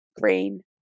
green